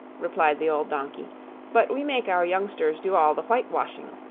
replied the old donkey but we make our youngsters do all the whitewashing,